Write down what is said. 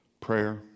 prayer